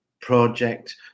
project